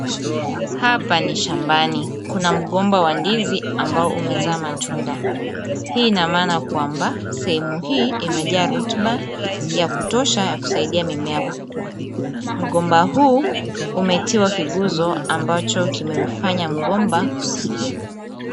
Hapa ni shambani, kuna mgomba wa ndizi ambao umezaa matunda hii, ina maana kwamba sehemu hii imejaaa rutuba ya kutosha ya kusaidia mimea kukua. Mgomba huu umetiwa kiguzo ambacho kimeufanya mgomba kusima.